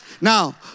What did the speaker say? Now